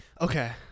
Okay